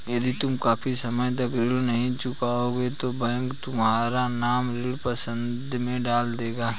यदि तुम काफी समय तक ऋण नहीं चुकाओगे तो बैंक तुम्हारा नाम ऋण फंदे में डाल देगा